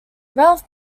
ralph